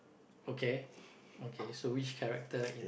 okay okay so which character in